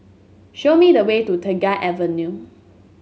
show me the way to Tengah Avenue